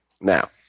Now